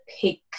pick